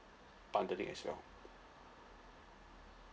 bundling as well